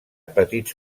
petits